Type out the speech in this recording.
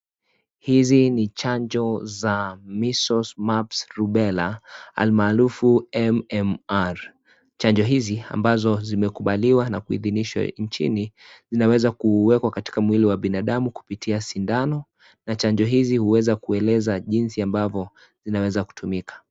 Hizi ni chanjo za Measles Mumbs Rubella almaarufu MMR. Chanjo hizi ambazo zimekubaliwa na kuidhinishwa nchini zinaweza kuwekwa katika mwili wa binadamu kupitia sindano na chanjo hizi huwez kueleza jinsi ambavyo zinaweza kutumika.